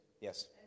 yes